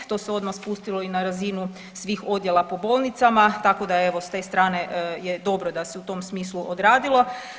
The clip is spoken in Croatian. To se odma spustilo i na razinu svih odjela po bolnicama, tako da evo s te strane je dobro da se u tom smislu odradilo.